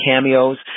cameos